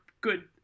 good